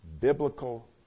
biblical